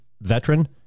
veteran